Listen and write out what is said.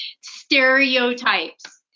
Stereotypes